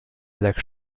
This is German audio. sechs